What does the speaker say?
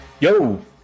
Yo